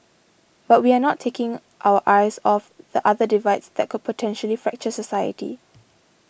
but we are not taking our eyes off the other divides that could potentially fracture society